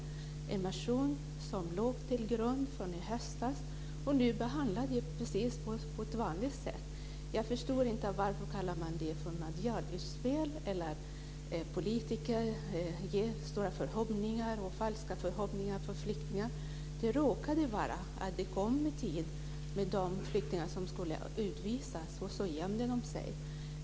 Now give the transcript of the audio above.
Det är en motion från i höstas som vi behandlar på vanligt sätt. Jag förstår inte varför man kallar det för massmedialt utspel och säger att politiker ger flyktingar falska förhoppningar. Det råkar sammanfalla i tid med att flyktingar skulle utvisas och att de gömde sig.